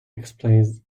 explains